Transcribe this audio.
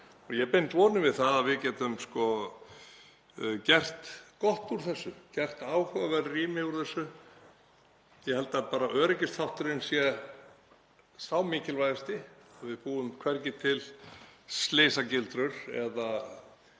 ég bind vonir við að við getum gert gott úr þessu, gert áhugaverð rými úr þessu. Ég held að öryggisþátturinn sé sá mikilvægasti og að við búum hvergi til slysagildrur eða